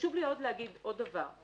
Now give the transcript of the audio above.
חשוב לי להגיד עוד דבר.